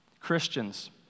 Christians